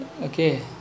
okay